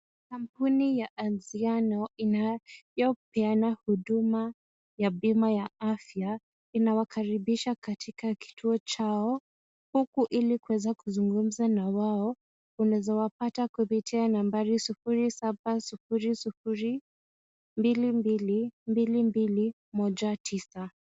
Kampuni ya Anziano inayopeana huduma ya bima ya afya inawakaribisha katika kituo chao huku ili kuweza kuzungumza na wao. Unaweza wapata kupitia nambari sufuri saba sufuri sufuri mbili mbili mbili mbili moja tisa.